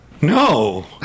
No